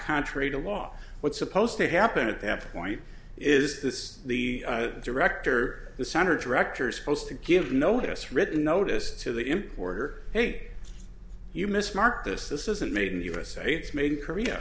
contrary to law what's supposed to happen at that point is this the director the center director is supposed to give notice written notice to the importer hey you mis mark this this isn't made in the usa it's made in korea